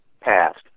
passed